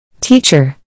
Teacher